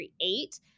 create